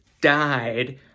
died